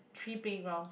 three playgrounds